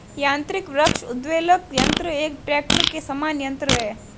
यान्त्रिक वृक्ष उद्वेलक यन्त्र एक ट्रेक्टर के समान यन्त्र है